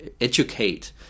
educate